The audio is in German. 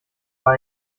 war